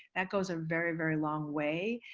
that goes a very, very long way.